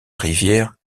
rivière